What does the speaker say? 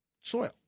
soil